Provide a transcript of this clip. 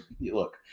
look